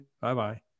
Bye-bye